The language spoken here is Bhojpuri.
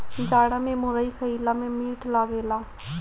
जाड़ा में मुरई खईला में मीठ लागेला